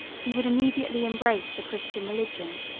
he would immediately embrace the christian religion.